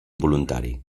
voluntari